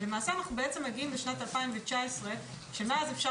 ולמעשה אנחנו מגיעים לשנת 2019 שמאז אפשר